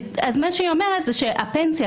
מה שהיא אומרת שהפנסיה,